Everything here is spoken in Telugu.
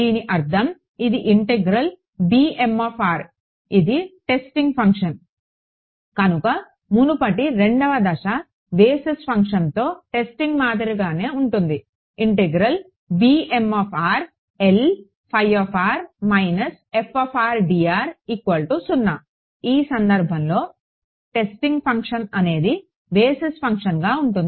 దీని అర్థం ఇది ఇంటిగ్రేల్ ఇది టెస్టింగ్ ఫంక్షన్ కనుక మునుపటి 2 దశ బేసిస్ ఫంక్షన్తో టెస్టింగ్ మాదిరిగానే ఉంటుంది ఈ సందర్భంలో టెస్టింగ్ ఫంక్షన్ అనేది బేసిస్ ఫంక్షన్గా ఉంటుంది